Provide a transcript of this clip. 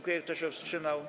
Kto się wstrzymał?